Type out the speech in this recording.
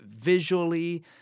visually